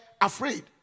afraid